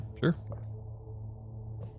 sure